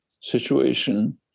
situation